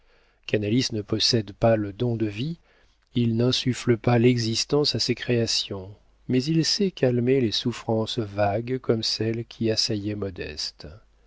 canalis ne possède pas le don de vie il n'insuffle pas l'existence à ses créations mais il sait calmer les souffrances vagues comme celles qui assaillaient modeste